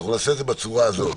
אנחנו נעשה את זה בצורה הזאת: